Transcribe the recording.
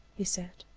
he said.